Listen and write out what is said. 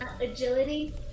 Agility